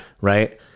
Right